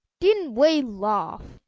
didn't we laugh!